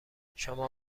شما